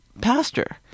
pastor